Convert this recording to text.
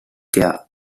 care